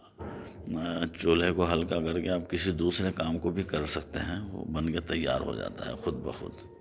چولہے کو ہلکا کر کے آپ کسی دوسرے کام کو بھی کر سکتے ہیں وہ بن کے تیار ہو جاتا ہے خود بخود